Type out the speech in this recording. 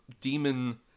demon